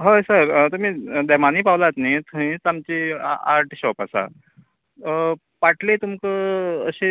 हय सर तुमी डेमानी पावलात न्ही थंयच आमची आ आर्ट शॉप आसात पाटले तुमका कशें